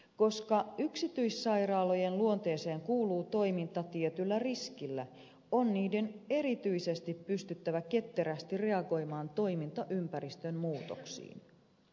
koska yksityissairaalojen luonteeseen kuuluu toiminta tietyllä riskillä on niiden erityisesti pystyttävä ketterästi reagoimaan toimintaympäristön muutoksiin